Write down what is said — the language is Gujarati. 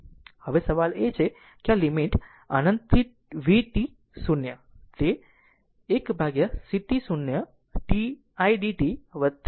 હવે સવાલ એ છે કે આ લીમીટ લીમીટ અનંત થી v t0 તે 1ct0 t idt bt0